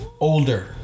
older